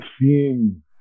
Seeing